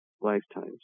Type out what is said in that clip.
lifetimes